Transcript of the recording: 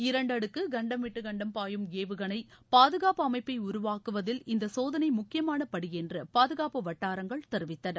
இரண்டு அடுக்கு கண்டம்விட்டு கண்டம் பாயும் ஏவுகணை பாதுகாப்பு அமைப்பை உருவாக்குவதில் இந்த சோதனை முக்கியமான படி என்று பாதுகாப்பு வட்டாரங்கள் தெரிவித்தன